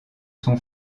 son